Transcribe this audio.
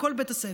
לכל בית הספר,